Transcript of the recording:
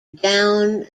down